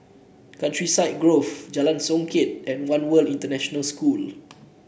Countryside Grove Jalan Songket and One World International School